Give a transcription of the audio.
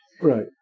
Right